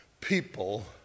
people